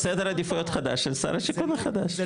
בסדר עדיפויות החדש של שר השיכון החדש,